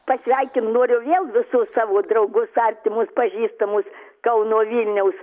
pasveikint noriu vėl visus savo draugus artimus pažįstamus kauno vilniaus